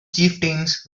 chieftains